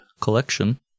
collection